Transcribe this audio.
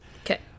Okay